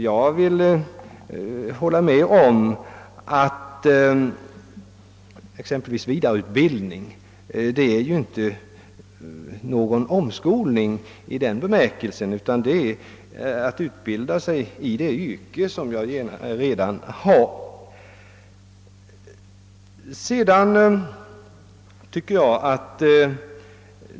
Jag håller med om att exempelvis vidareutbildning inte är omskolning i denna bemärkelse utan innebär utbildning i ett yrke som man redan har.